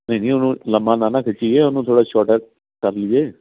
ਨਹੀਂ ਨਹੀਂ ਉਹਨੂੰ ਲੰਬਾ ਨਾ ਨਾ ਖਿੱਚੀਏ ਉਹਨੂੰ ਥੋੜ੍ਹਾ ਛੋਟਾ ਕਰ ਲਈਏ